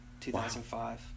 2005